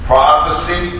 Prophecy